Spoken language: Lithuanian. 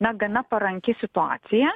na gana paranki situacija